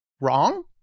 wrong